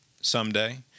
someday